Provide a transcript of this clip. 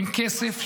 עם כסף,